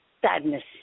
sadness